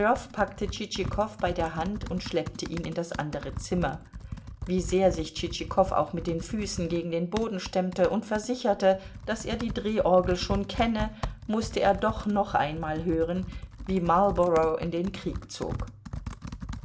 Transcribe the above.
packte tschitschikow bei der hand und schleppte ihn in das andere zimmer wie sehr sich tschitschikow auch mit den füßen gegen den boden stemmte und versicherte daß er die drehorgel schon kenne mußte er doch noch einmal hören wie marlborough in den krieg zog